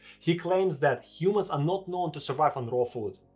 he claims that humans are not known to survive on raw food,